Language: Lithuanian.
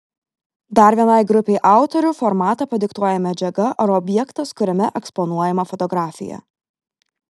dar vienai grupei autorių formatą padiktuoja medžiaga ar objektas kuriame eksponuojama fotografija